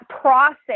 process